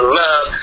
love